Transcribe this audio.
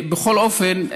בכל אופן,